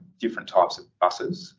different types of buses. ah,